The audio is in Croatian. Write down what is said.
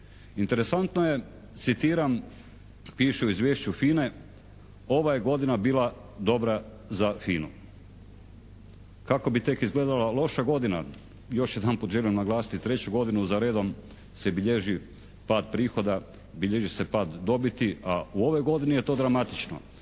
Interesantno je, citiram, piše u izvješću FINA-e "Ova je godina bila dobra za FINA-u.". Kako bi tek izgledala loša godina?! Još jedanput želim naglasiti, treću godinu za redom se bilježi pad prihoda, bilježi se pad dobiti a u ovoj godini je to dramatično.